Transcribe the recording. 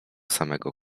samego